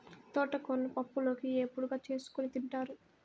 తోటకూరను పప్పులోకి, ఏపుడుగా చేసుకోని తింటారు